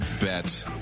bet